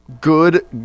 Good